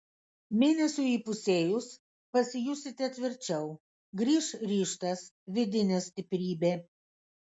mėnesiui įpusėjus pasijusite tvirčiau grįš ryžtas vidinė stiprybė